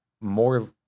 more